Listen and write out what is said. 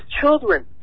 children